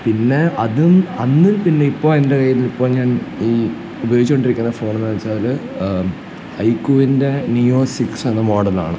പിന്നെ അതും അന്ന് പിന്നെ ഇപ്പോൾ എൻ്റെ കൈയിൽ ഇപ്പം ഞാൻ ഈ ഉപയോഗിച്ചോണ്ടിരിക്കുന്ന ഫോണെന്നു വെച്ചാൽ ഹൈക്കുവിൻ്റെ നീയോ സിക്സെന്ന മോഡലാണ്